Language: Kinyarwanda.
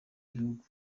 gihugu